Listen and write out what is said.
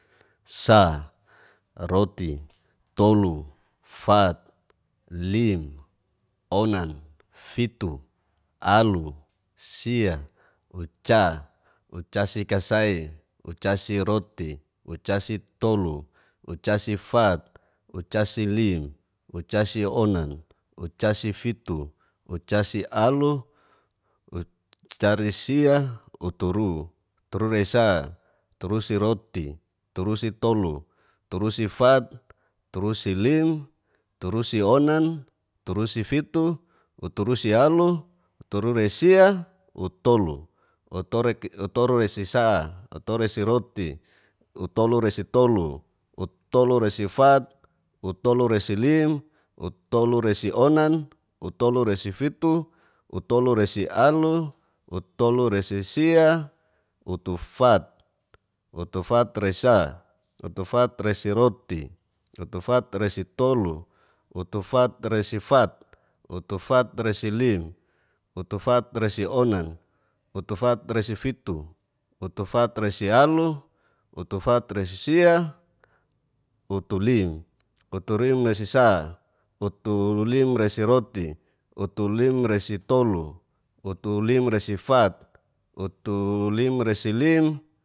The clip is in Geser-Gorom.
Sa, roti. tolo. fat, lim, onan, fitu, alu, sia, uca, ucasikasai, ucasiroti, ucasitolu, ucasifat, casilim, ucasionan, ucasifitu, ucasialu, ucarisia, uturu, uturusresai, uturusiroti, uturusitolu, uturusifat, uturusilim, uturusionan, uturusifitu, uturusialu, uturesia, utolo, utolorasisai, utoluresiroti, utoluresitolu, utoluresifat, utuluresilim, utoluresionan, utoluresifiti, utoluresialu, utoluresisia. utufat, utufatresisa, utufatresiroti, utufatresitolu,. utufatresifat, utufatresilim, utufatresionan, utufatresifitu, utufatresialu, utufatresisia, utulim, utulimresisa, utulimresiroti. utulimresitolu. utulimresifat. utulimresilim,